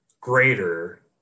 greater